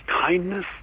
kindness